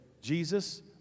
Jesus